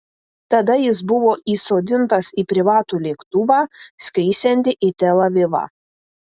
tada jis buvo įsodintas į privatų lėktuvą skrisiantį į tel avivą